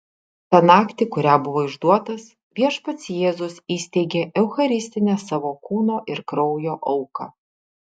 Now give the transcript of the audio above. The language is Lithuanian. tą naktį kurią buvo išduotas viešpats jėzus įsteigė eucharistinę savo kūno ir kraujo auką